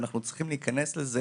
אנחנו צריכים להיכנס לזה